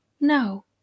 No